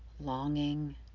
longing